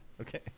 Okay